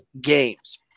games